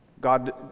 God